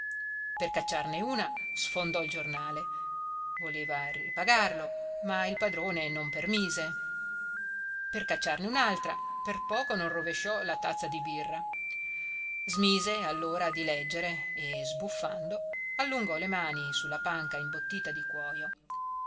tormentavano per cacciarne una sfondò il giornale voleva ripagarlo ma il padrone non permise per cacciarne un'altra per poco non rovesciò la tazza di birra smise allora di leggere e sbuffando allungò le mani sulla panca imbottita di cuojo